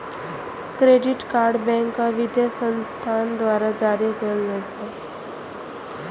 credit card bank आ वित्तीय संस्थान द्वारा जारी कैल जाइ छै